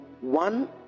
one